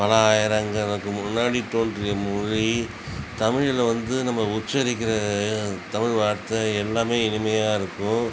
பல ஆயிரங்களுக்கு முன்னாடி தோன்றிய மொழி தமிழில் வந்து நம்ம உச்சரிக்கிற தமிழ் வார்த்தை எல்லாமே இனிமையாகருக்கும்